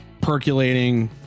percolating